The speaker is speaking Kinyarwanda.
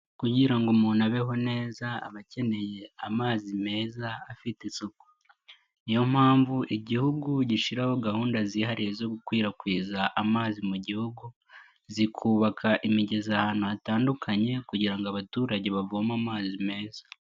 Kugira ngo umuntu abeho neza abakeneye amazi meza afite isuku, niyo mpamvu igihugu gishyiraho gahunda zihariye zo gukwirakwiza amazi mu gihugu zikubaka imigezi ahantu hatandukanye kugira ngo abaturage bavoma amazi meza.